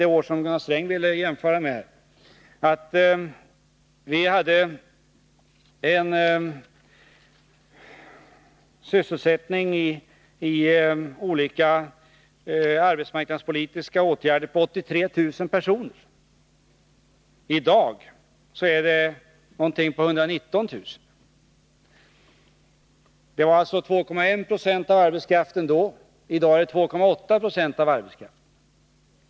Det år som Gunnar Sträng ville jämföra med var 83 000 personer sysselsatta med hjälp av olika arbetsmarknadspolitiska åtgärder. I dag är det omkring 119 000. Då var omkring 2,1 20 av arbetskraften sysselsatt genom arbetsmarknadspolitiska åtgärder — i dag är det 2,8 Jo av arbetskraften.